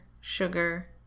sugar